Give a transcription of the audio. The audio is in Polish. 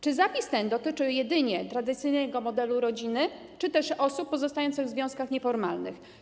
Czy zapis ten dotyczy jedynie tradycyjnego modelu rodziny, czy też osób pozostających w związkach nieformalnych?